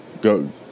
Go